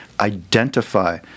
identify